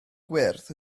gwerth